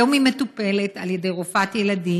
היום היא מטופלת על ידי רופאת ילדים,